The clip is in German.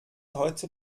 heute